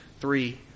three